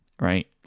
right